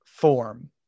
form